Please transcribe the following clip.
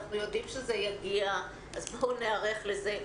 אנחנו יודעים שזה יגיע אז בואו ניערך לזה,